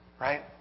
right